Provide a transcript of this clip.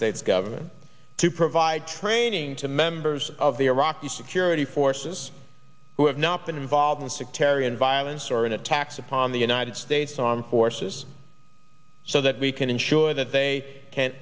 states government to provide training to members of the iraqi security forces who have not been involved in sectarian violence or in attacks upon the united states armed forces so that we can ensure that they can